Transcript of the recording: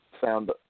found